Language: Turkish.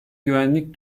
güvenlik